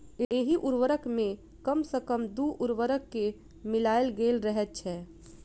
एहि उर्वरक मे कम सॅ कम दू उर्वरक के मिलायल गेल रहैत छै